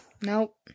Nope